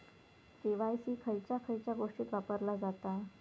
KYC खयच्या खयच्या गोष्टीत वापरला जाता?